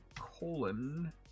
colon